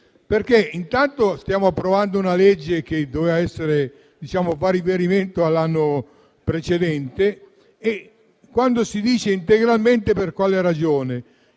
perché intanto stiamo approvando una legge che fa riferimento all'anno precedente. Quando si dice integralmente, per quale ragione?